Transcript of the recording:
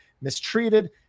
mistreated